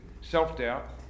Self-doubt